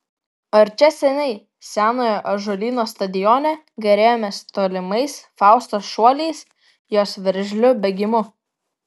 ar čia seniai senojo ąžuolyno stadione gėrėjomės tolimais faustos šuoliais jos veržliu bėgimu